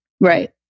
right